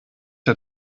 der